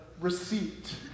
receipt